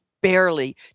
barely